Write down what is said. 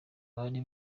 bari